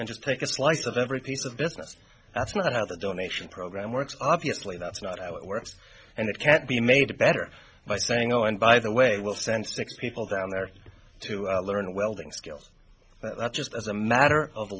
and just take a slice of every piece of business that's not how the donation program works obviously that's not how it works and it can't be made better by saying oh and by the way we'll send six people down there to learn welding skills that just as a matter of